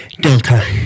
delta